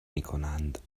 میکنند